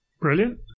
Brilliant